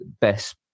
best